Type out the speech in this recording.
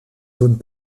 zones